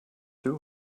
two